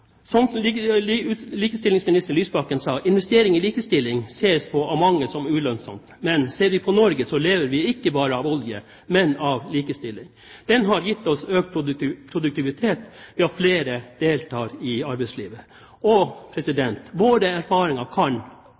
Likestillingsminister Lysbakken sier: «Investering i likestilling ses på som ulønnsomt. Mitt gjennomgangstema er at i Norge lever vi ikke bare av olje, men av likestilling. Den har gitt oss økt produktivitet ved at flere deltar i arbeidslivet.» Våre erfaringer kan